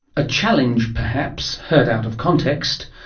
a challenge perhaps, heard out of context,